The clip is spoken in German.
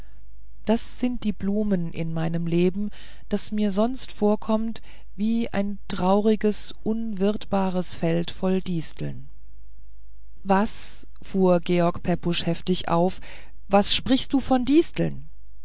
das sind die blumen in meinem leben das mir sonst vorkommt wie ein trauriges unwirtbares feld voll disteln was fuhr george pepusch heftig auf was sprichst du von disteln